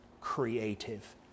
creative